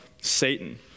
Satan